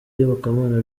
iyobokamana